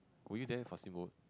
were you there for steamboat